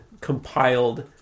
Compiled